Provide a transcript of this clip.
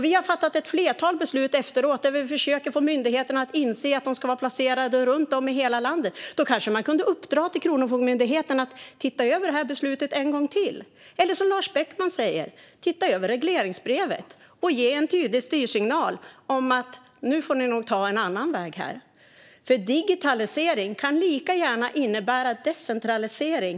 Vi har fattat ett flertal beslut efteråt där vi försökt få myndigheter att inse att de ska vara placerade runt om i hela landet. Då kanske man kunde uppdra till Kronofogdemyndigheten att titta över detta beslut en gång till - eller, som Lars Beckman sa, titta över regleringsbrevet och ge en tydlig styrsignal: Nu får ni nog ta en annan väg här. Digitalisering kan lika gärna innebära decentralisering.